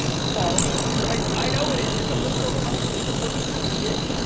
far more, right i know it is. it's a little bit overwhelming, it's supposed to be. i get it,